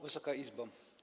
Wysoka Izbo!